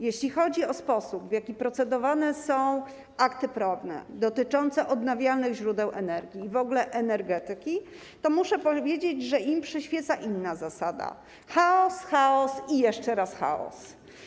Jeśli chodzi o sposób, w jaki procedowane są akty prawne dotyczące odnawialnych źródeł energii i w ogóle energetyki, to muszę powiedzieć, że im przyświeca inna zasada: chaos, chaos i jeszcze raz chaos.